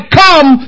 come